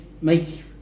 make